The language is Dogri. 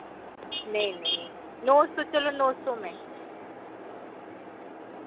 नेईं नेईं नौ सौ चलो नौ सौ में